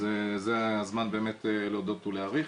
אז זה הזמן באמת להודות ולהעריך.